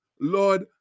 Lord